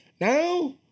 now